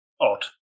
odd